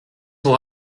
pour